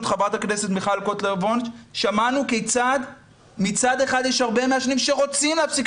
ח"כ מיכל קוטלר וונש כיצד מצד אחד יש הרבה מעשנים שרוצים להפסיק